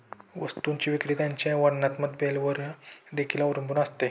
वस्तूची विक्री त्याच्या वर्णात्मक लेबलवर देखील अवलंबून असते